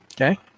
Okay